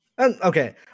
Okay